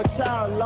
child